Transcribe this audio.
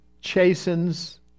chastens